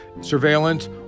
surveillance